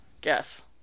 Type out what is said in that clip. Guess